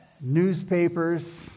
newspapers